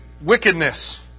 wickedness